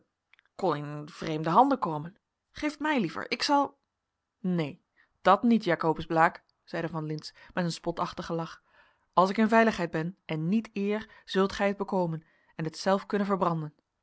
kon in vreemde handen komen geef het mij liever ik zal neen dat niet jacobus blaek zeide van lintz met een spotachtigen lach als ik in veiligheid ben en niet eer zult gij het bekomen en het zelf kunnen verbranden